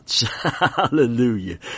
Hallelujah